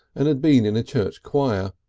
and had been in a church choir,